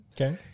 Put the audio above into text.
Okay